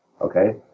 okay